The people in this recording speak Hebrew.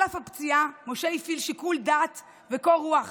על אף הפציעה משה הפעיל שיקול דעת וקור רוח